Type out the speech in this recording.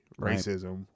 racism